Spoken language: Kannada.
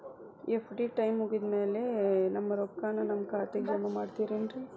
ಎಫ್.ಡಿ ಟೈಮ್ ಮುಗಿದಾದ್ ಮ್ಯಾಲೆ ನಮ್ ರೊಕ್ಕಾನ ನಮ್ ಖಾತೆಗೆ ಜಮಾ ಮಾಡ್ತೇರೆನ್ರಿ?